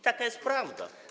Taka jest prawda.